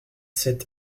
sept